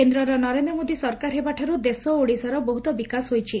କେନ୍ଦର ନରେନ୍ଦର ମୋଦି ସରକାର ହେବାଠାରୁ ଦେଶ ଓ ଓଡ଼ିଶାର ବହୁତ ବିକାଶ ହୋଇଛି